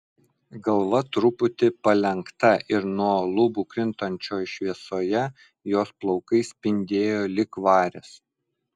galva truputį palenkta ir nuo lubų krintančioj šviesoje jos plaukai spindėjo lyg varis